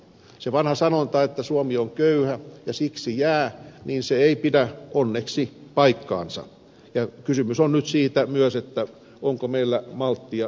se vanha sanonta että suomi on köyhä ja siksi jää ei pidä onneksi paikkaansa ja kysymys on nyt myös siitä onko meillä malttia vaurastua